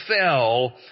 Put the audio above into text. fell